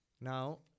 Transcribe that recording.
Now